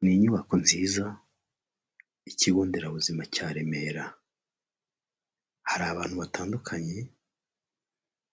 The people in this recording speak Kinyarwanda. Ni inyubako nziza y'ikigo nderabuzima cya Remera, hari abantu batandukanye